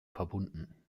verbunden